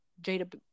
jada